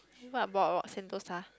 write about what sentosa